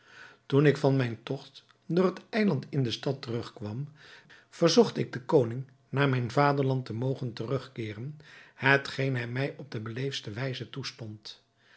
toen ik van mijn togt door het eiland in de stad terug kwam verzocht ik den koning naar mijn vaderland te mogen terugkeeren hetgeen hij mij op de beleefdste wijze toestond